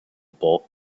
bulk